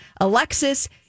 Alexis